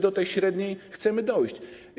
Do tej średniej chcemy dojść.